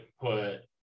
put